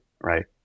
right